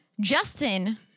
Justin